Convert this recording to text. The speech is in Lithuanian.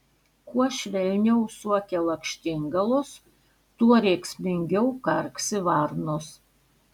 kuo švelniau suokia lakštingalos tuo rėksmingiau karksi varnos